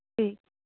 ਠੀਕ